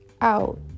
out